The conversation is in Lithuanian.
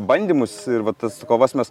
bandymus ir va tas kovas mes